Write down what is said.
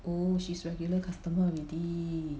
oh she's regular customer already